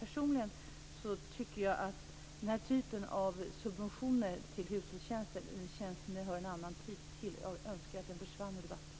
Personligen tycker jag att den typen av subventioner till hushållstjänster hör en annan tid till. Jag önskar att det försvann ur debatten.